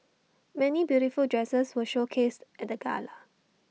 many beautiful dresses were showcased at the gala